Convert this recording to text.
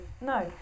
No